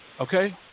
Okay